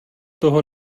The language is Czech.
toho